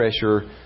pressure